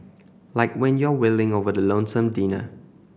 like when you're wailing over the lonesome dinner